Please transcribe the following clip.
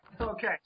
okay